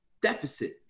deficit